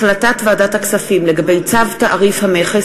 החלטת ועדת הכספים לגבי צו תעריף המכס